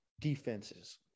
defenses